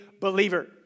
believer